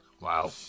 Wow